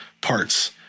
parts